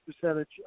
percentage